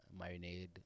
marinade